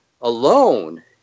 alone